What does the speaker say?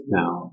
now